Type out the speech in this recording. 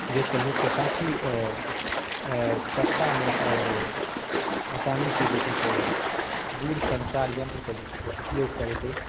जाहिसॅं लोकके काफी सस्ता मे आओर आसानी से जे छै से दूरसंचार यंत्र के जे छै उपयोग करैत अछि